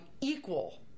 equal